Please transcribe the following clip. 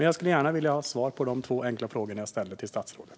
Jag skulle gärna vilja ha svar på de två enkla frågorna jag ställde till statsrådet.